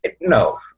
no